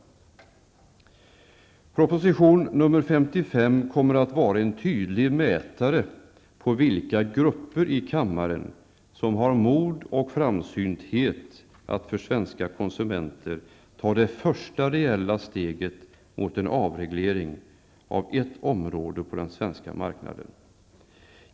Proposition 1991/92:55 kommer att vara en tydlig mätare på vilka grupper i kammaren som har mod och framsynthet att för de svenska konsumenternas räkning ta det första reella steget mot en avreglering av ett område på den svenska marknaden.